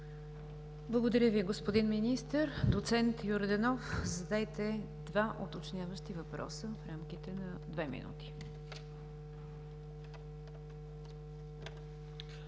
Благодаря Ви, господин Министър. Доцент Йорданов, задайте два уточняващи въпроса в рамките на две минути. ГЕОРГИ